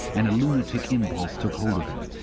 and a lunatic impulse took hold of him.